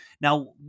Now